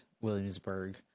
Williamsburg